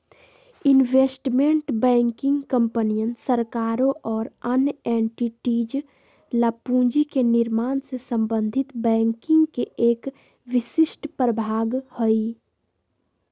investment banking कंपनियन, सरकारों और अन्य एंटिटीज ला पूंजी के निर्माण से संबंधित बैंकिंग के एक विशिष्ट प्रभाग हई